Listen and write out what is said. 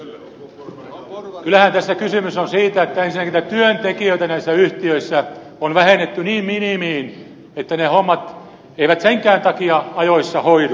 kyllähän tässä kysymys on siitä että ensinnäkin näitä työntekijöitä näissä yhtiöissä on vähennetty niin minimiin että ne hommat eivät senkään takia ajoissa hoidu